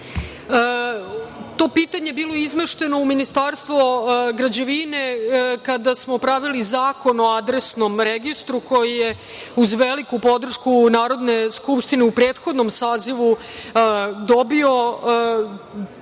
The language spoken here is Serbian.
pitanje je bilo izmešteno u Ministarstvo građevine kada smo pravili Zakon o adresnom registru, koji je uz veliku podršku Narodne skupštine u prethodnom sazivu dobio pomoć,